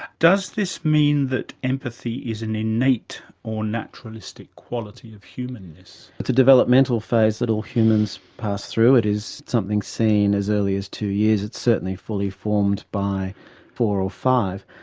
does this mean that empathy is an innate or naturalistic quality of humanness? it's a developmental phase that all humans pass through, it is something seen as early as two years, it's certainly fully formed by four or five,